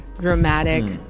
dramatic